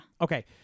Okay